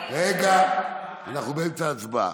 רגע, אנחנו באמצע הצבעה.